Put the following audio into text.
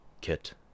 Kit